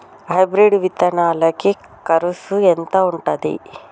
Hybrid విత్తనాలకి కరుసు ఎంత ఉంటది?